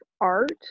art